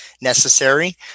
necessary